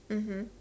mmhmm